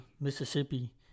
Mississippi